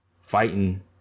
Fighting